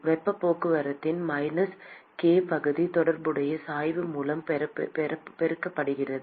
வெப்பப் போக்குவரத்தின் minus k பகுதி தொடர்புடைய சாய்வு மூலம் பெருக்கப்படுகிறது